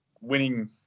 winning